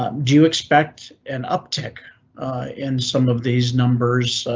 um do you expect an uptick in some of these numbers?